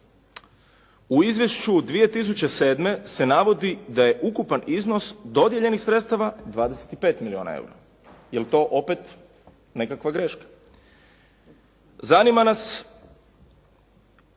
U izvješću 2007. se navodi da je ukupan iznos dodijeljenih sredstava 25 milijuna eura. Jel' to opet nekakva greška? Zanima nas,